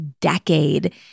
decade